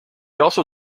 also